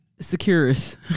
Securus